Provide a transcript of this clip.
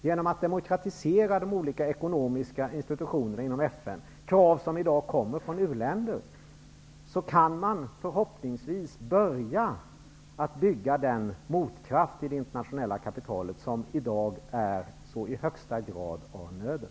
Genom att demokratisera de olika ekonomiska institutionerna inom FN -- krav på det kommer i dag från u-länder -- kan man förhoppningsvis börja att bygga den motkraft till det internationella kapitalet som i dag är så i högsta grad av nöden.